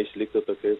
išliktų tokioj